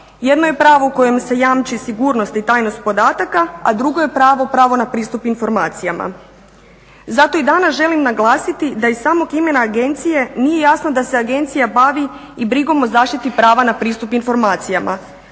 Jedno je pravo u kojem se jamči sigurnost i tajnost podataka, a drugo je pravo pravo na pristup informacijama. Zato i danas želim naglasiti da iz samog imena agencije nije jasno da se agencija bavi i brigom o zaštiti prava na pristup informacijama.